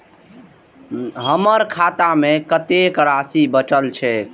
हमर खाता में कतेक राशि बचल छे?